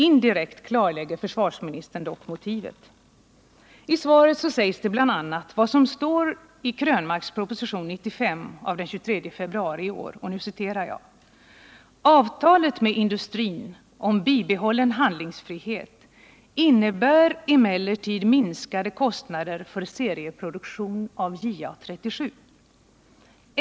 Indirekt klarlägger försvarsministern dock motivet. I svaret anförs bl.a. vad som står i Eric Krönmarks proposition 95 av den 23 februari i år: ” Avtalet med industrin om bibehållen handlingsfrihet innebär emellertid minskade kostnader för serieproduktionen av JA 37.